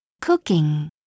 cooking